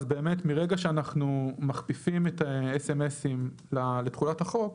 אז באמת מרגע שאנחנו מכניסים את הסמסים לתחולת החוק,